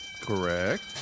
Correct